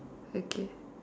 okay